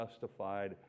justified